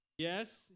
Yes